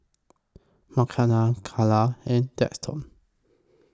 Makenna Kala and Daxton